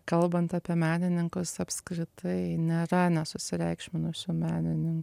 kalbant apie menininkus apskritai nėra nesusireikšminusių menininkų